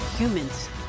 Humans